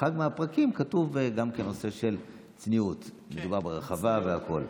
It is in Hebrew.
באחד מהפרקים מופיע גם כן נושא הצניעות ברחבה והכול.